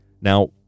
Now